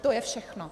To je všechno.